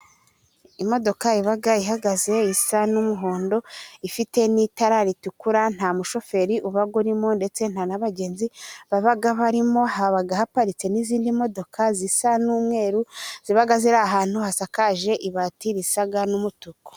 Imodoka iba ihagaze, isa n'umuhondo, ifite n'itara ritukura, nta mushoferi uba arimo, ndetse nta n'abagenzi baba barimo, haba haparitse n'izindi modoka zisa n'umweru, ziba ziri ahantu hasakaje ibati, risa n'umutuku.